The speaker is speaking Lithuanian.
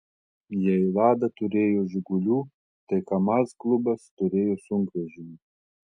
jei lada turėjo žigulių tai kamaz klubas turėjo sunkvežimių